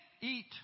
eat